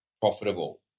profitable